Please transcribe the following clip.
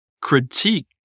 critique